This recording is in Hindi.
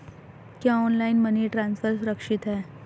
क्या ऑनलाइन मनी ट्रांसफर सुरक्षित है?